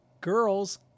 girls